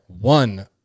one